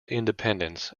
independence